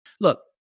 Look